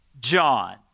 John